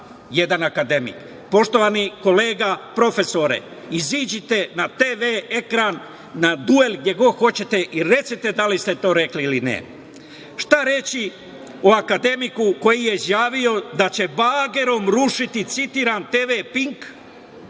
jedan akademik? Poštovani kolega, profesore, izađite na TV ekran na duel, gde god hoćete i recite da li ste to rekli ili ne. Šta reći o akademiku koji je izjavio da će bagerom rušiti, citiram: „TV Pink“